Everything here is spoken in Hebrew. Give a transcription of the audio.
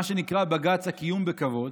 מה שנקרא "בג"ץ הקיום בכבוד".